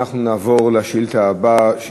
אנחנו נעבור לשאילתה הבאה,